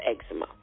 eczema